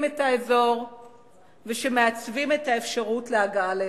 את האזור ומעצבים את האפשרות להגעה להסכם.